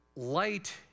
Light